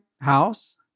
house